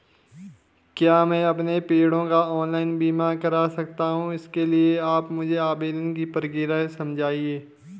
क्या मैं अपने पेड़ों का ऑनलाइन बीमा करा सकता हूँ इसके लिए आप मुझे आवेदन की प्रक्रिया समझाइए?